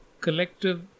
collective